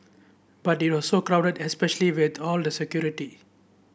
but it was so crowded especially with all the security